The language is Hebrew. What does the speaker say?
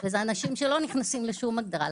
ואלה אנשים שלא נכנסים לשום הגדרה.